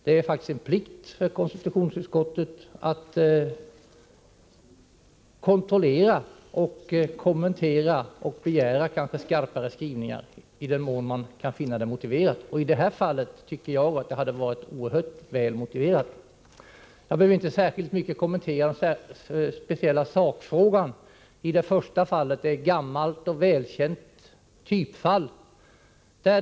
Det är faktiskt en plikt för konstitutionsutskottet att kontrollera JO:s berättelse, kommentera och begära skarpare skrivningar i den mån man finner det motiverat. I det här fallet tycker jag att det hade varit mycket väl motiverat. Jag behöver inte särskilt mycket kommentera sakfrågorna. I det första fallet är det fråga om ett gammalt och välkänt typfall.